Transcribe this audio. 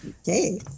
Okay